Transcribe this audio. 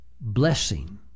blessing